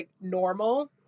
normal